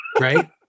right